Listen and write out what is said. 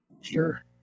sure